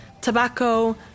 tobacco